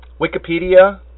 Wikipedia